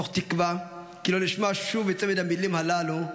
תוך תקווה לא לשמוע שוב את צמד המילים הללו,